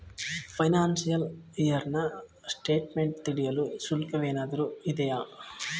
Financial year ನ statement ತಿಳಿಯಲು ಶುಲ್ಕವೇನಾದರೂ ಇದೆಯೇ?